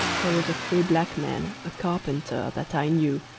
there was a free black man, a carpenter, that i knew,